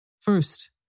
First